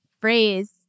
phrase